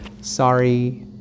sorry